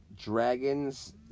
Dragon's